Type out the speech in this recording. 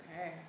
Okay